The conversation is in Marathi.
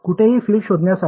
कुठेही फील्ड शोधण्यासाठी